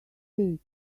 take